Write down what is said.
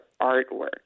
artwork